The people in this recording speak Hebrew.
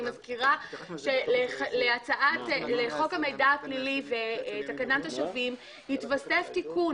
אני מזכירה שלחוק המידע הפלילי ותקנת השבים היתוסף תיקון